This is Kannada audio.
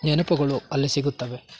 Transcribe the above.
ನೆನಪುಗಳು ಅಲ್ಲಿ ಸಿಗುತ್ತವೆ